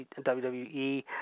WWE